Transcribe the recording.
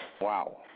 Wow